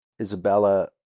Isabella